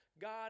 God